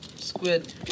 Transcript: squid